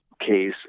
case